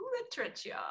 literature